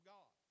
God